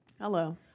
Hello